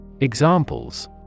Examples